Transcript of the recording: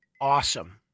awesome